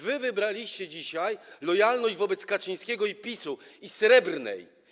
Wy wybraliście dzisiaj lojalność wobec Kaczyńskiego i PiS-u, i Srebrnej.